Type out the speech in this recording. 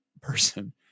person